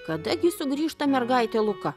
kada gi sugrįžta mergaitė luka